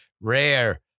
rare